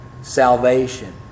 salvation